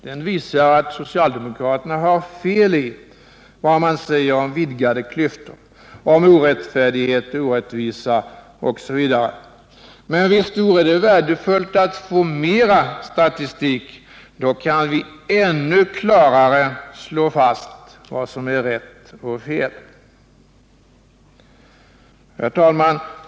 Det visar att socialdemokraterna har fel i vad de säger om vidgade klyftor, orättfärdighet, orättvisa etc. Men visst vore det värdefullt att få mera statistik. Då kan vi ännu klarare slå fast vad som är rätt och fel. Herr talman!